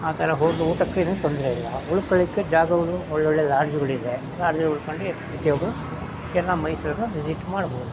ಆ ಥರ ಹೋಟ್ಲು ಊಟಕ್ಕೇನು ತೊಂದರೆ ಇಲ್ಲ ಉಳ್ಕೊಳ್ಳಿಕ್ಕೆ ಜಾಗವನ್ನು ಒಳ್ಳೊಳ್ಳೆ ಲಾಡ್ಜ್ಗಳಿದೆ ಲಾಡ್ಜಲ್ಲಿ ಉಳ್ಕೊಂಡು ಪ್ರತಿಯೊಬ್ಬರು ಎಲ್ಲ ಮೈಸೂರಿನ ವಿಸಿಟ್ ಮಾಡ್ಬೋದು